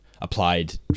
applied